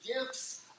gifts